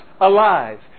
alive